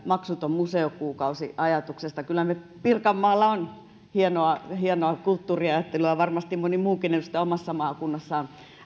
maksuton museokuukausi ajatuksesta kyllä pirkanmaalla on hienoa hienoa kulttuuriajattelua varmasti moni muukin edustaja omassa maakunnassaan